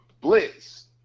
blitz